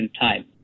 time